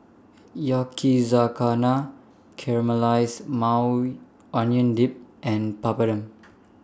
Yakizakana Caramelized Maui Onion Dip and Papadum